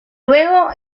luego